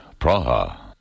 Praha